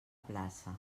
plaça